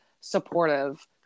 supportive